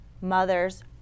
mothers